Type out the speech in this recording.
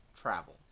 travel